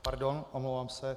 Pardon, omlouvám se.